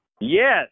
Yes